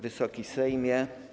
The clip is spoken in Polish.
Wysoki Sejmie!